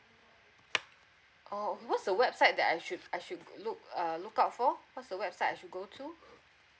oh okay what's the website that I should I should look uh look out for what's the website I should go to